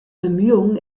bemühungen